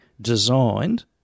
designed